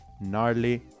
gnarly